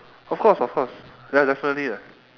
of course of course ya definitely ah